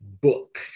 book